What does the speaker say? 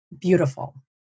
beautiful